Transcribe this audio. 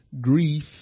grief